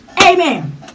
Amen